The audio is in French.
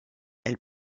elles